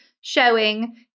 showing